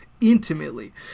Intimately